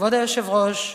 כבוד היושבת-ראש,